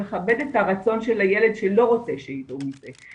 לכבד את הרצון של הילד שלא רוצה שידעו מזה.